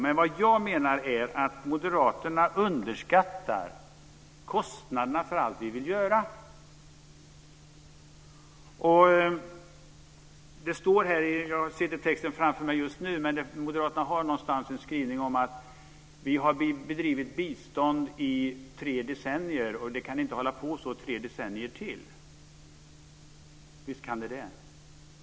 Men vad jag menar är att moderaterna underskattar kostnaderna för allt vi vill göra. Jag har inte texten framför mig nu, men moderaterna har någonstans en skrivning om att vi har bedrivit bistånd i tre decennier och att det inte kan hålla på så i tre decennier till. Visst kan det det.